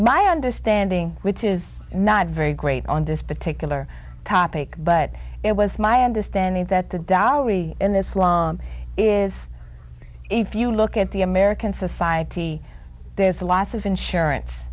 my understanding which is not very great on this particular topic but it was my understanding that the dowry in this long is if you look at the american society there's a lot of insurance